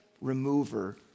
remover